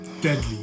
Deadly